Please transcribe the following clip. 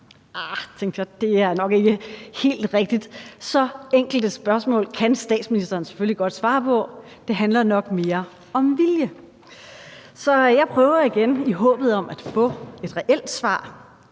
det er nok ikke helt rigtigt, så enkelt et spørgsmål kan statsministeren selvfølgelig godt svare på. Det handler nok mere om vilje. Så jeg prøver igen i håbet om at få et reelt svar: